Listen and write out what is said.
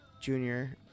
Junior